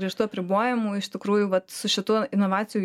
griežtų apribojimų iš tikrųjų vat su šituo inovacijų